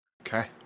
Okay